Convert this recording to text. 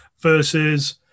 versus